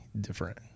different